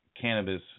cannabis